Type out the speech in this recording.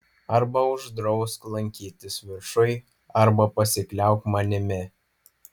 arba uždrausk lankytis viršuj arba pasikliauk manimi